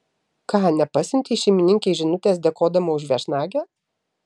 ką nepasiuntei šeimininkei žinutės dėkodama už viešnagę